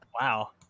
Wow